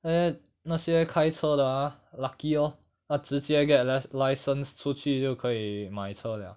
then 那些开车的 ah lucky lor 他直接 get lef~ license 出去就可以买车 liao